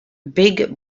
big